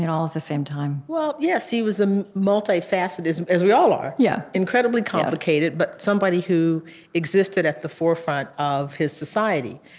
and all at the same time well, yes. he was a multifaceted as we all are, yeah incredibly complicated but somebody who existed at the forefront of his society.